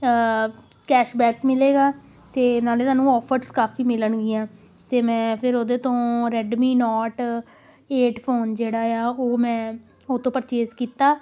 cash back ਮਿਲੇਗਾ ਅਤੇ ਨਾਲੇ ਤੁਹਾਨੂੰ ਔਫਰਸ ਕਾਫੀ ਮਿਲਣਗੀਆਂ ਅਤੇ ਮੈਂ ਫਿਰ ਉਹਦੇ ਤੋਂ ਰੈਡਮੀ ਨੋਟ ਏਟ ਫੋਨ ਜਿਹੜਾ ਆ ਉਹ ਮੈਂ ਉਹ ਤੋਂ ਪਰਚੇਸ ਕੀਤਾ